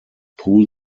pool